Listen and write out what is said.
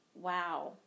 wow